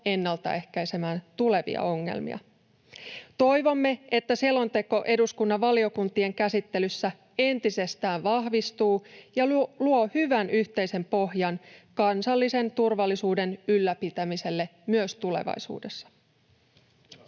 ennaltaehkäisemään tulevia ongelmia. Toivomme, että selonteko eduskunnan valiokuntien käsittelyssä entisestään vahvistuu ja luo hyvän yhteisen pohjan kansallisen turvallisuuden ylläpitämiselle myös tulevaisuudessa.